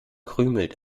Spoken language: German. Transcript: krümelt